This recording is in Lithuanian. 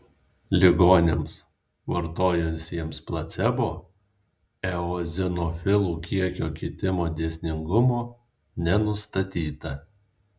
ligoniams vartojusiems placebo eozinofilų kiekio kitimo dėsningumo nenustatyta